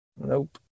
Nope